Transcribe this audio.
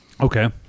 Okay